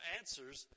answers